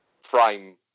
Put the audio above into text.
frame